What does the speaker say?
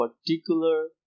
particular